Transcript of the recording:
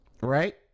right